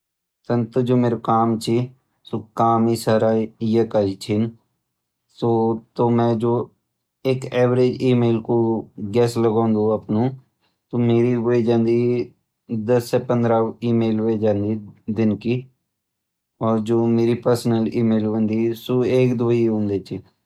तन त जु मेरू काम छ सु काम ही सारा ये का ही छ सु तो मैं जु एक एवरेज ईमेल कु ग्येस लगोंदु अपनु त मेरी होए जांदी दस या पंद्रह ईमेल होए जांदी दिन की और जु मेरी पर्सनल ईमेल होंदी सु एक दो ही होंद।